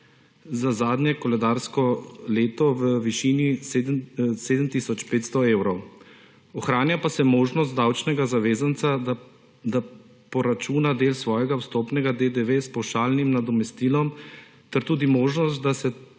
za zadnje koledarsko leto v višini 7 tisoč 500 evrov. Ohranja pa se možnost davčnega zavezanca, da poračuna del svojega vstopnega DDV s pavšalnim nadomestilom, ter tudi možnost, da se